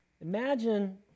Imagine